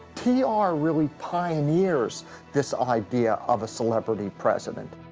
t r. really pioneers this idea of a celebrity president.